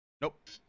Nope